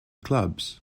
clubs